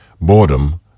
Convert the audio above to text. boredom